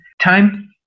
time